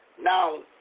Now